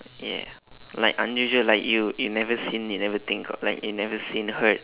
ya like unusual like you you never seen it never think of like you never seen heard